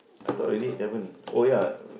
I thought already haven't oh ya